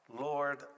Lord